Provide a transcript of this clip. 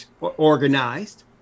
organized